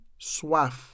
soif